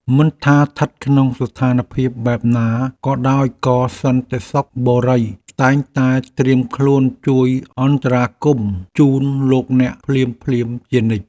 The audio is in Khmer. មិនថាស្ថិតក្នុងស្ថានភាពបែបណាក៏ដោយក៏សន្តិសុខបុរីតែងតែត្រៀមខ្លួនជួយអន្តរាគមន៍ជូនលោកអ្នកភ្លាមៗជានិច្ច។